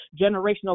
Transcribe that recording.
generational